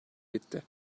bitti